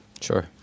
sure